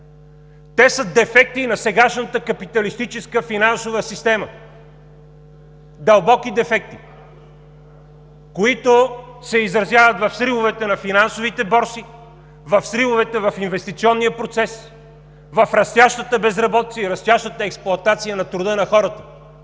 Те са дефекти на сегашната капиталистическа финансова система – дълбоки дефекти, които се изразяват в сривовете на финансовите борси, в сривовете в инвестиционния процес, в растящата безработица и растящата експлоатация на труда на хората.